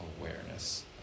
awareness